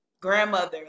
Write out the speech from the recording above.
grandmother